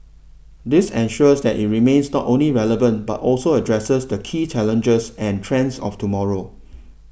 this ensures that it remains not only relevant but also addresses the key challenges and trends of tomorrow